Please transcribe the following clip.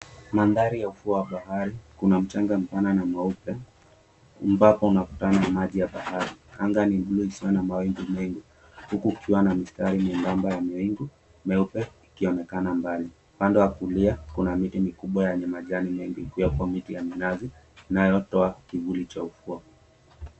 Mandhari ya ufuo wa bahari, kuna mchanga mpana na mweupe ambapo unakutana na maji ya bahari. Anga ni buluu isiyo na mawingu mengi, huku ukiwa na mistari miembamba ya mawingu meupe ikionekana mbali. Upande wa kulia kuna miti mikubwa yenye majani mengi ikiwa kwa miti ya minazi inayotoa kivuli cha ufuo.